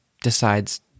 decides